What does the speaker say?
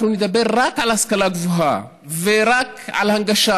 גם אנחנו נדבר רק על השכלה גבוהה ורק על הנגשה,